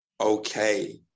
okay